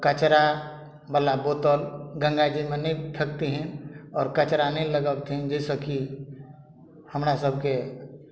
कचरा बला बोतल गङ्गाजीमे नहि फेकथिन आओर कचरा नहि लगबथिन जाहि सऽ की हमरा सबके